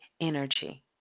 energy